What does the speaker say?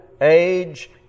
age